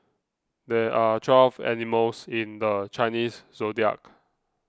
there are twelve animals in the Chinese zodiac